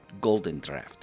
Goldendraft